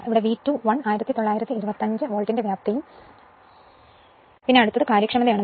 അതിനാൽ V 2 1 1925 വോൾട്ടിന്റെ വ്യാപ്തിയും അടുത്തതും കാര്യക്ഷമതയാണ്